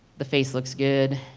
the face looks good,